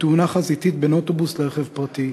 בתאונה חזיתית בין אוטובוס לרכב פרטי.